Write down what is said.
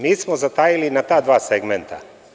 Mi smo zatajili na ta dva segmenta.